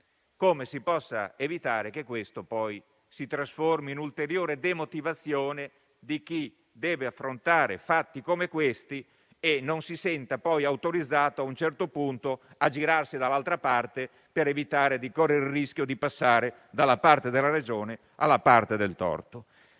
che fanno il loro dovere si trasformi in ulteriore demotivazione di chi deve affrontare fatti come questi che potrebbe poi sentirsi autorizzato, ad un certo punto, a girarsi dall'altra parte per evitare di correre il rischio di passare dalla parte della ragione alla parte del torto.